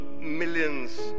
millions